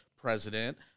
President